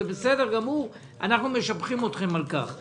זה בסדר גמור, אנחנו משבחים אתכם על כך.